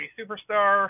superstar